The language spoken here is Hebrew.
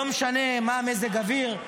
שלא משנה מה מזג האוויר,